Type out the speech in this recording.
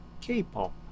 K-pop